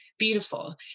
Beautiful